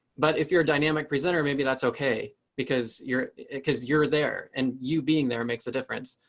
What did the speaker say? but if you're a dynamic presenter, maybe that's ok, because you're because you're there and you being there makes a difference.